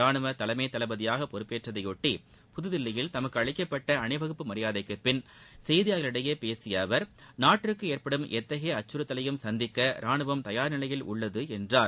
ரானுவ தலைமை தளபதியாக பொறுப்பேற்றதையொட்டி புதுதில்லியில் தமக்கு அளிக்கப்பட்ட அணிவகுப்பு மரியாதைக்குப் பின் செய்தியாளர்களிடம் பேசிய அவர் நாட்டிற்கு ஏற்படும் எத்தகைய அச்சுறுத்தவையும் சந்திக்க ராணுவம் தயார் நிலையில் உள்ளது என்றார்